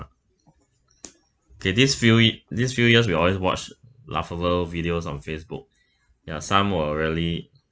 thi~ this few weeks these few years we always watch laughable videos on facebook ya some were really